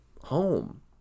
home